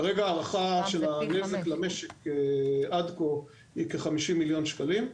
כרגע ההערכה של הנזק למשק עד כה היא כ-50,000,000 ₪.